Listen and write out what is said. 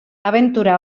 abentura